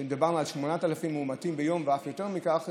כשדיברנו על 8,000 מאומתים ביום ואף יותר מכך,